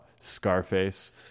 Scarface